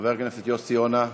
חבר הכנסת יוסי יונה.